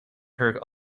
her